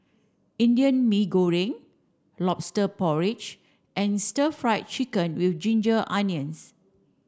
Indian Mee Goreng lobster porridge and stir fried chicken with ginger onions